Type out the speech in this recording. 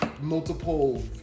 multiple